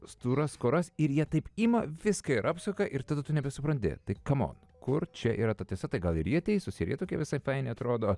storas skūras ir jie taip ima viską ir apsuka ir tada tu nebesupranti tai kamon kur čia yra ta tiesa tai gal ir jie teisūs ir jie tokie visai neatrodo